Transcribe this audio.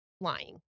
lying